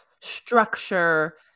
structure